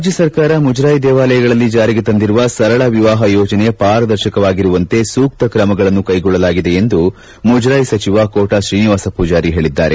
ರಾಜ್ಯ ಸರ್ಕಾರ ಮುಜರಾಯಿ ದೇವಾಲಯಗಳಲ್ಲಿ ಜಾರಿಗೆ ತಂದಿರುವ ಸರಳ ವಿವಾಹ ಯೋಜನೆ ಪಾರದರ್ಶಕವಾಗಿರುವಂತೆ ಸೂಕ್ತ ಕ್ರಮಗಳನ್ನು ಕೈಗೊಳ್ಳಲಾಗಿದೆ ಎಂದು ಮುಜರಾಯಿ ಸಚಿವ ಕೋಟಾ ಶ್ರೀನಿವಾಸ ಪೂಜಾರಿ ಹೇಳಿದ್ದಾರೆ